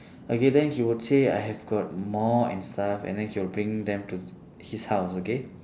okay then he would say I have got more and stuff and then he would bring them to his house okay